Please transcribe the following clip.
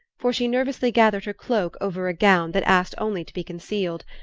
for she nervously gathered her cloak over a gown that asked only to be concealed,